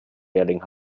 lehrling